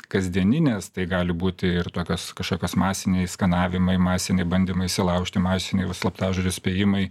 kasdieninės tai gali būti ir tokios kažkokios masiniai skanavimai masiniai bandymai įsilaužti masiniai slaptažodžio spėjimai